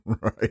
Right